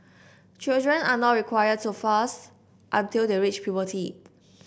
children are not required to fast until they reach puberty